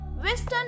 Western